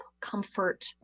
comfort